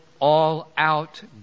all-out